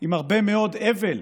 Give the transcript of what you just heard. עם הרבה מאוד אבל,